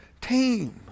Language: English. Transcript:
team